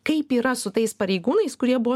kaip yra su tais pareigūnais kurie buvo